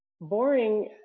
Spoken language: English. Boring